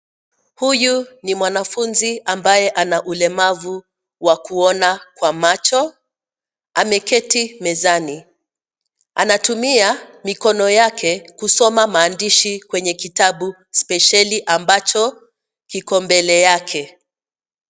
Huyu ni mwanafunzi ambaye ana ulemavu wa kuona kwa macho, ameketi mezani. Anatumia mikono yake kusoma maandishi kwenye kitabu spesheli ambacho kiko mbele yake.